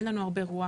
אין לנו הרבה רוח.